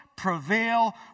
Prevail